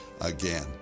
again